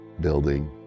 building